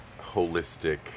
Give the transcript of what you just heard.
holistic